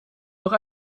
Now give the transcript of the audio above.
noch